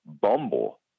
Bumble